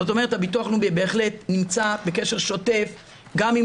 זאת אומרת הביטוח הלאומי בהחלט נמצא בקשר שוטף גם עם